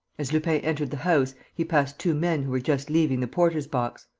as lupin entered the house he passed two men who were just leaving the porter's box.